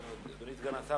אדוני סגן השר,